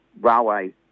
railway